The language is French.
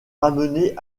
ramené